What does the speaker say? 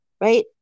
Right